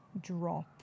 drop